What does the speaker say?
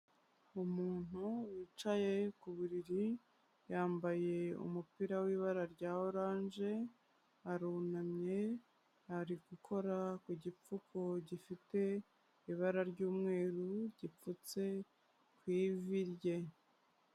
Umuntu wicaye ku buriri yambaye umupira w'ibara rya oranje, arunamye ari gukora ku gipfuko gifite ibara ry'umweru gipfutse ku ivi rye.